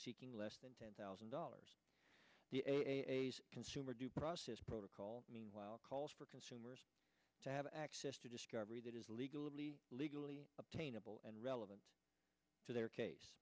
seeking less than ten thousand dollars the consumer due process protocol meanwhile calls for consumers to have access to discovery that is legally legally obtainable and relevant to their case